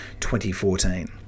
2014